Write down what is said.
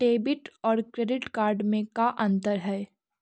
Debit और credit card में का अंतर है?